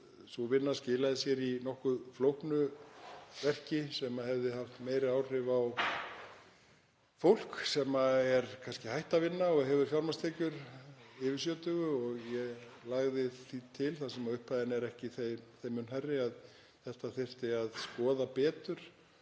Sú vinna skilaði sér í nokkuð flóknu verki sem hefði haft meiri áhrif á fólk yfir sjötugu, sem er kannski hætt að vinna og hefur fjármagnstekjur. Ég lagði því til, þar sem upphæðin er ekki þeim mun hærri, að þetta þyrfti að skoða betur,